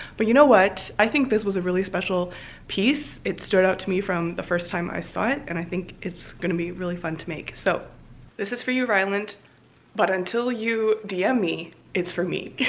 but you know what? i think this was a really special piece it stood out to me from the first time i saw it and i think it's gonna be really fun to make so this is for you ryland but until you dm me it's for me